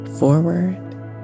forward